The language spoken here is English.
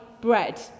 bread